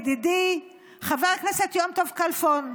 את ידידי חבר הכנסת יום טוב כלפון,